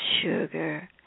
sugar